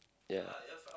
ya